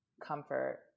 comfort